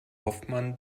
hoffmann